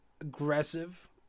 aggressive